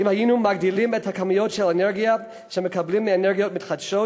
אם היינו מגדילים את כמויות האנרגיה שמקבלים מאנרגיות מתחדשות,